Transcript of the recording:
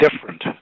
different